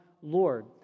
Lord